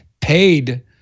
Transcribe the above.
paid